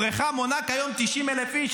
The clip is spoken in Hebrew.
הבריכה מונה כיום 90,000 איש.